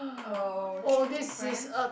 oh true friends